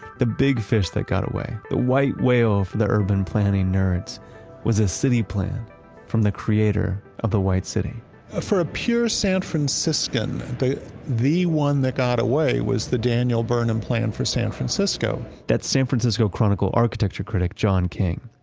the big fish that got away, the white whale for the urban planning planning nerds was a city plan from the creator of the white city ah for a pure san franciscan, the the one that got away was the daniel burnham plan for san francisco that san francisco chronicle architecture critic john king.